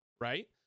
right